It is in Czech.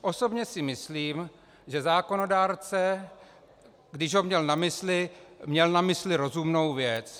Osobně si myslím, že zákonodárce, když ho měl na mysli, měl na mysli rozumnou věc.